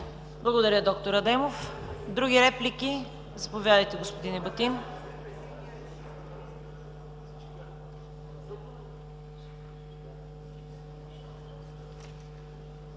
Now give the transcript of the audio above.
Благодаря, д-р Адемов. Други реплики? Заповядайте, господин Ебатин.